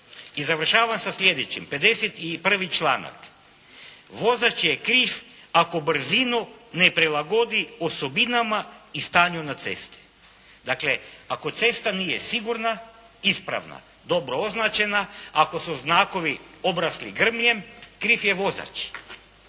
I završavam sa slijedećim. 51. članak. “Vozač je kriv ako brzinu ne prilagodi osobinama i stanju na cesti.“ Dakle, ako cesta nije sigurna, ispravna, dobro označena, ako su znakovi obrasli grmljem kriv je vozač.